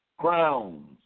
crowns